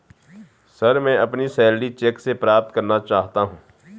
sir, मैं अपनी salary cheque से प्राप्त करना चाहता हूं